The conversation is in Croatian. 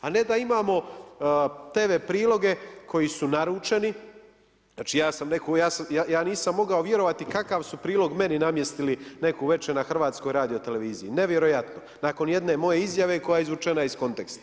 A ne da imamo tv priloge koji su naručeni, znači ja sam rekao, ja nisam mogao vjerovati kakav su prilog meni namjestili neku večer na HRT-u, nevjerojatno, nakon jedne moje izjave koja je izvučena iz konteksta.